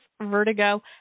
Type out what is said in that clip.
vertigo